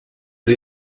sie